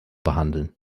behandeln